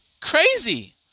crazy